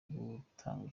gutanga